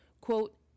Quote